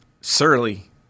Surly